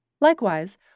Likewise